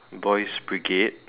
boys brigade